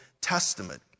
Testament